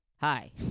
hi